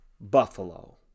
Buffalo